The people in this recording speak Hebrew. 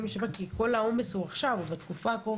כי המצוקה כאן היא אדירה.